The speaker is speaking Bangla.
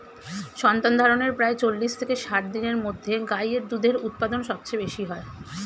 সন্তানধারণের প্রায় চল্লিশ থেকে ষাট দিনের মধ্যে গাই এর দুধের উৎপাদন সবচেয়ে বেশী হয়